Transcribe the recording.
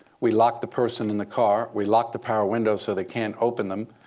we lock the person in the car. we lock the power window so they can't open them.